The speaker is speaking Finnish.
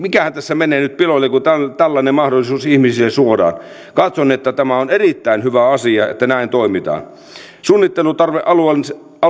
mikähän tässä menee nyt piloille kun tällainen mahdollisuus ihmisille suodaan katson että on erittäin hyvä asia että näin toimitaan suunnittelutarvealueiden